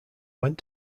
went